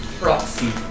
proxy